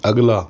ਅਗਲਾ